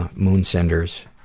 ah moonsenders,